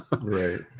Right